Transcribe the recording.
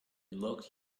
looked